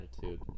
attitude